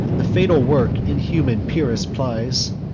the fatal work inhuman pyrrhus plies,